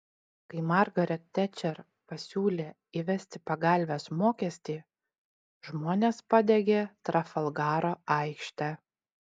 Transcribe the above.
kai margaret tečer pasiūlė įvesti pagalvės mokestį žmonės padegė trafalgaro aikštę